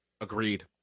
Agreed